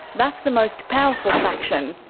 that's the most powerful faction,